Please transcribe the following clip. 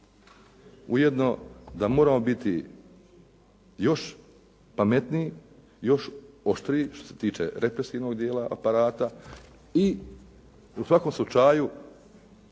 ujedno da moramo biti još pametniji, još oštriji što se tiče represivnog dijela aparata i u svakom slučaju